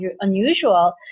unusual